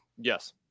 yes